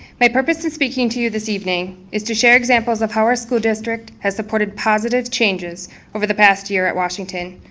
my purpose in speaking to you this evening is to share examples of how our school district has supported positive changes over the past year at washington,